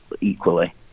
equally